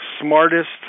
smartest